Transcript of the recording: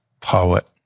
poet